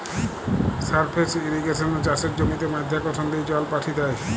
surface ইর্রিগেশনে চাষের জমিতে মাধ্যাকর্ষণ দিয়ে জল পাঠি দ্যায়